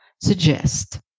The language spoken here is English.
suggest